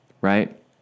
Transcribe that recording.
right